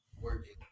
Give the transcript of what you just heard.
working